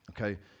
Okay